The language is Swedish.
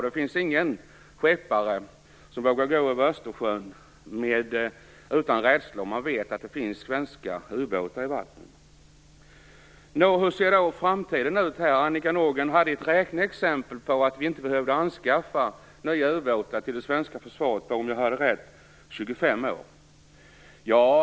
Det finns ingen skeppare som vågar gå över Östersjön utan rädsla om man vet att det finns svenska ubåtar i vattnen. Hur ser då framtiden ut? Annika Nordgren hade ett räkneexempel som gick ut på att vi inte behövde anskaffa nya ubåtar till det svenska försvaret på 25 år, om jag hörde rätt.